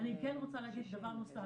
אני כן רוצה להגיד דבר נוסף